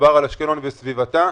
דובר על אשקלון וסביבתה.